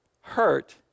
hurt